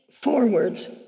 forwards